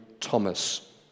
Thomas